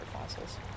fossils